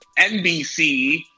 NBC